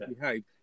behave